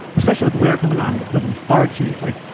especially with winter coming on, but the lethargy, like,